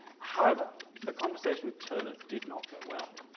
however, the conversation with turner did not go well.